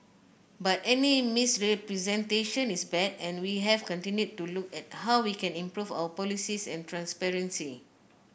but any misrepresentation is bad and we have continued to look at how we can improve our policies and transparency